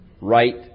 right